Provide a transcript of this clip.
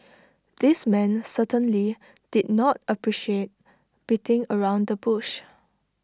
the man certainly did not appreciate beating around the bush